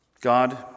God